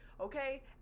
Okay